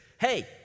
hey